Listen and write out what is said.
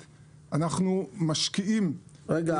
--- רגע,